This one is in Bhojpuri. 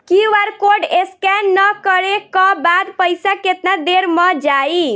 क्यू.आर कोड स्कैं न करे क बाद पइसा केतना देर म जाई?